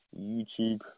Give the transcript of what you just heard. YouTube